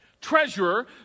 Treasurer